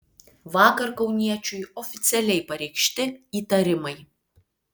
vakar kauniečiui oficialiai pareikšti įtarimai